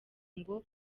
ngo